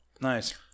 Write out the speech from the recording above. Nice